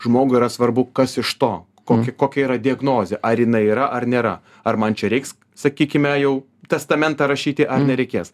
žmogui yra svarbu kas iš to kokį kokia yra diagnozė ar jinai yra ar nėra ar man čia reiks sakykime jau testamentą rašyti ar nereikės